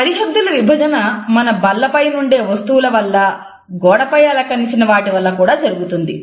సరిహద్దుల విభజన మన బల్ల పైనుండే వస్తువుల వల్ల గోడపై అలంకరించిన వాటివల్ల కూడా జరుగుతుంది